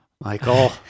Michael